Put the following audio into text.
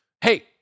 Hey